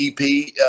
EP